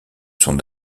sont